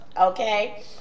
okay